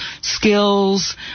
skills